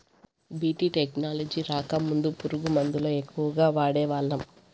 BT technology రాకముందు పురుగు మందుల ఎక్కువగా వాడేవాళ్ళం